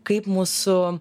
kaip mūsų